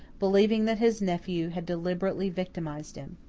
believing that his nephew had deliberately victimized him.